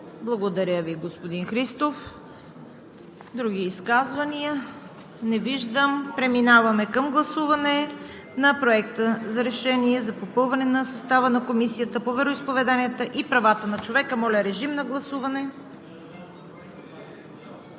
Благодаря Ви, господин Христов. Други изказвания? Не виждам. Преминаваме към гласуване на Проекта за решение за попълване на състава на Комисията по вероизповеданията и правата на човека. Гласували